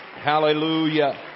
Hallelujah